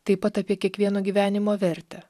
taip pat apie kiekvieno gyvenimo vertę